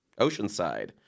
Oceanside